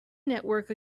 network